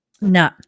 No